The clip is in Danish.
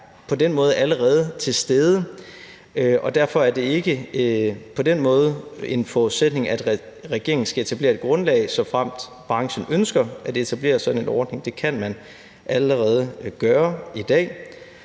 på den måde allerede til stede, og derfor er det ikke en forudsætning, at regeringen skal etablere et grundlag, såfremt branchen ønsker at etablere sådan en ordning – det kan man allerede gøre i dag.